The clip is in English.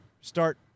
start